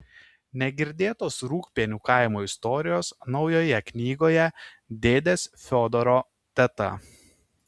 negirdėtos rūgpienių kaimo istorijos naujoje knygoje dėdės fiodoro teta